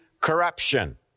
corruption